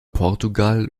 portugal